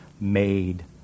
made